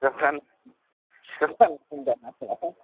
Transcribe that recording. बिफाफ्रानो बिफाफ्रानो गुन्दा नालाय